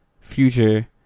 future